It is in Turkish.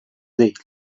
değil